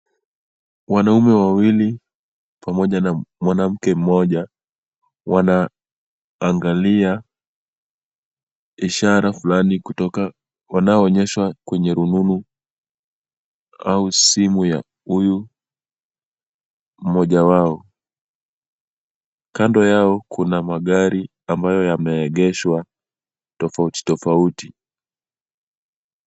Wanaume wawili, pamoja na mwanamke mmoja, wanaangalia ishara fulani kutoka. Wanaonyeshwa kwenye rununu au simu ya huyu mmoja wao. Kando yao kuna magari ambayo yameegeshwa tofautitofauti.